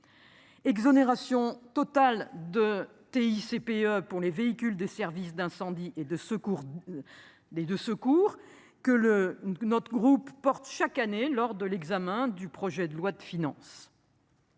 Exonération totale de TICPE pour les véhicules des services d'incendie et de secours. Des de secours que le notre groupe porte chaque année lors de l'examen du projet de loi de finances.